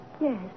Yes